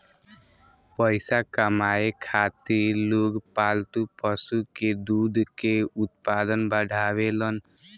पइसा कमाए खातिर लोग पालतू पशु के दूध के उत्पादन बढ़ावेलन